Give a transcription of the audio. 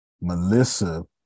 Melissa